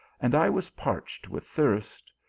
and i was parched with thirst,